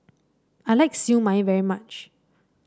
I like Siew Mai very much